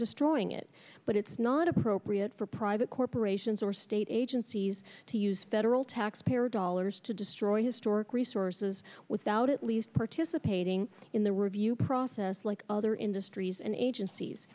destroying it but it's not appropriate for private corporations or stay agencies to use federal taxpayer dollars to destroy historic resources without at least participating in the review process like other industries and agencies